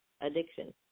Addiction